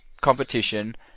competition